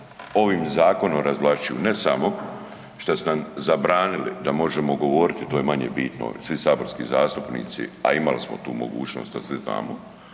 ovim zakonom razvlašćuju, ne samo što su nam zabranili da možemo govoriti, to je manje bitno, svi saborski zastupnici a imali smo tu mogućnosti, to svi znamo,